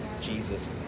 Jesus